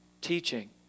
teaching